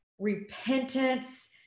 repentance